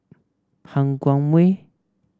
Han Guangwei